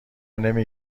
نمی